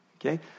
Okay